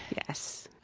yes.